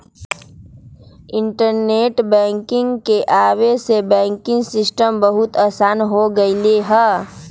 internet banking के आवे से बैंकिंग सिस्टम बहुत आसान हो गेलई ह